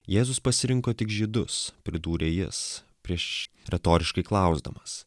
jėzus pasirinko tik žydus pridūrė jis prieš retoriškai klausdamas